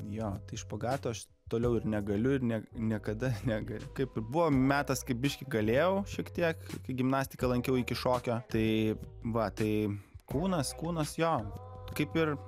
jo tai špagato aš toliau ir negaliu ir ne niekada nega kaip ir buvo metas kai biški galėjau šiek tiek kai gimnastika lankiau iki šokio tai va tai kūnas kūnas jo kaip ir